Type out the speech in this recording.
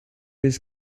his